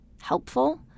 helpful